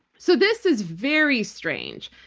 so this is very strange,